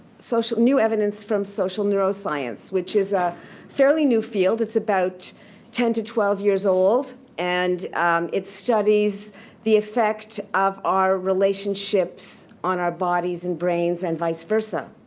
new evidence from social neuroscience, which is a fairly new field. it's about ten to twelve years old. and it studies the effects of our relationships on our bodies and brains and vice versa.